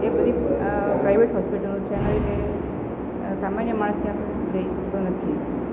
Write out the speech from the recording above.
એ બધી પ્રાઈવેટ હોસ્પિટલો છે એના લીધે સામાન્ય માણસ ત્યાં સુધી જઈ શકતો નથી